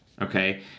okay